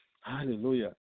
Hallelujah